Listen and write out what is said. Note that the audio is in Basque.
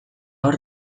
hor